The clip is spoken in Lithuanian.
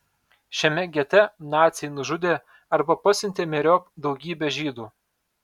šiame gete naciai nužudė arba pasiuntė myriop daugybę žydų